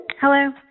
Hello